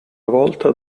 volta